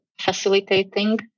facilitating